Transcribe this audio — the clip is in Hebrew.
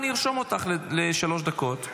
אני ארשום אותך לשלוש דקות.